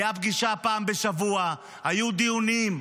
הייתה פגישה פעם בשבוע, היו דיונים.